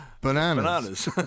Bananas